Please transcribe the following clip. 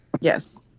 Yes